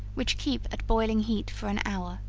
which keep at boiling heat for an hour.